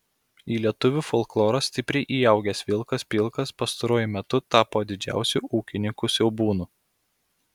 į lietuvių folklorą stipriai įaugęs vilkas pilkas pastaruoju metu tapo didžiausiu ūkininkų siaubūnu